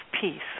peace